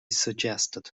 suggested